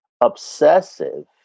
obsessive